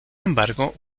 embargo